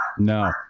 No